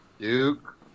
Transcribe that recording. Duke